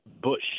bush